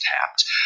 tapped